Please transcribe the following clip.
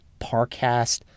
Parcast